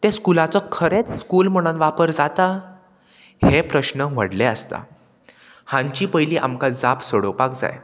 तें स्कुलाचो खरेंच स्कूल म्हणोन वापर जाता हें प्रश्न व्हडलें आसता हांची पयलीं आमकां जाप सोडोवपाक जाय